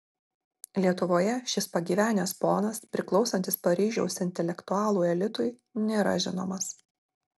lietuvoje šis pagyvenęs ponas priklausantis paryžiaus intelektualų elitui nėra žinomas